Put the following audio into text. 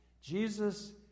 Jesus